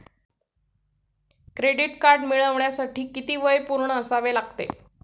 Credit card मिळवण्यासाठी किती वय पूर्ण असावे लागते?